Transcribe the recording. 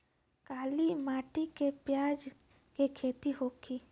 काली माटी में प्याज के खेती होई?